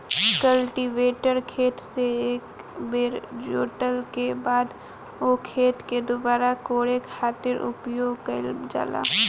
cultivator खेत से एक बेर जोतला के बाद ओ खेत के दुबारा कोड़े खातिर उपयोग कईल जाला